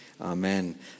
Amen